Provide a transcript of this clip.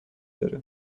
داره